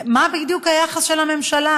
מה בדיוק היחס של הממשלה?